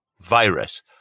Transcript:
virus